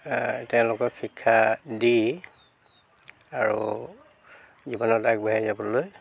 তেওঁলোকক শিক্ষা দি আৰু জীৱনত আগবাঢ়ি যাবলৈ